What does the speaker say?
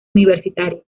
universitario